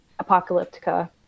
apocalyptica